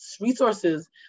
resources